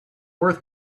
worth